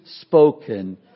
spoken